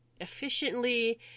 efficiently